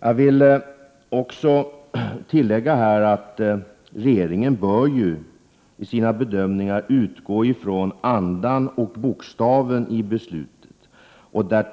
Jag vill också tillägga att regeringen i sina bedömningar bör utgå från andan och bokstaven i beslutet.